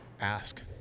ask